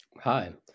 hi